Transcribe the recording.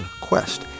Quest